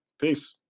Peace